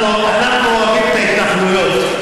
אנחנו אוהבים את ההתנחלויות,